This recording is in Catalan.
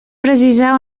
precisar